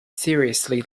seriously